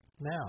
now